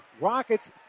Rockets